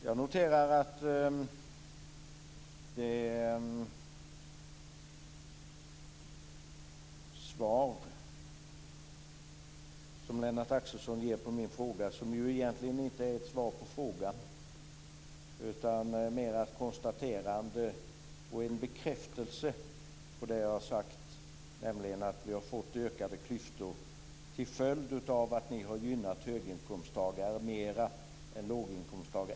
Jag noterar att det svar som Lennart Axelsson gav på min fråga egentligen inte var ett svar på frågan utan mer ett konstaterande och en bekräftelse på det jag har sagt, nämligen att vi har fått ökade klyftor till följd av att ni har gynnat höginkomsttagare mer än låginkomsttagare.